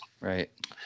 Right